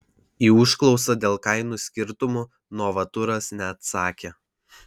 į užklausą dėl kainų skirtumų novaturas neatsakė